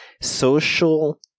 Social